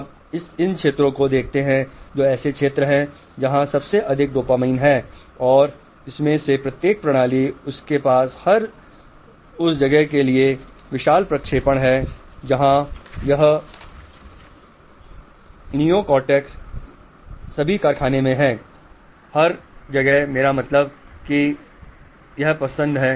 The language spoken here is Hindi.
आप इन क्षेत्रों को देखते हैं ये ऐसे क्षेत्र हैं जहाँ सबसे अधिक डोपामाइन है और जहां यह नियोकार्टेक्स के सभी क्षेत्र है इनमें से प्रत्येक के पास हर उस जगह के लिए विशाल प्रक्षेपण है